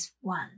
one